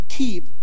keep